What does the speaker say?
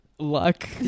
luck